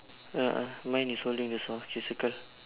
uh mine is holding the saw okay circle